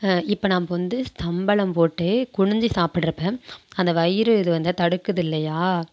இப்போ நமக்கு வந்து ஸ்தம்பணம் போட்டு குனிஞ்சு சாப்பிட்றப்ப அந்த வயிறு இது வந்து தடுக்குது இல்லையா